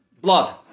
blood